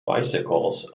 bicycles